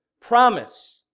promise